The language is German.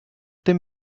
dem